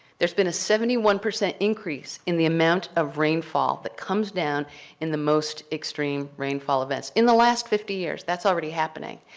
there's been a seventy one percent increase in the amount of rainfall that comes down in the most extreme rainfall events. in the last fifty years. that's already happening.